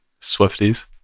Swifties